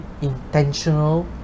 intentional